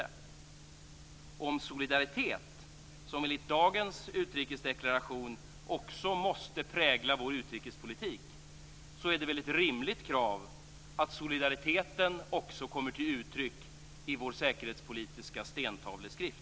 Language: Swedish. Och i fråga om solidaritet, som enligt dagens utrikesdeklaration också måste prägla vår utrikespolitik, är det väl ett rimligt krav att solidariteten också kommer till uttryck i vår säkerhetspolitiska stentavleskrift?